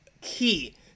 key